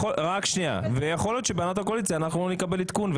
יכול להיות שבהנהלת הקואליציה נקבל עדכון,